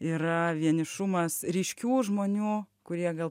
yra vienišumas ryškių žmonių kurie gal